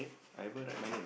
I ever write my name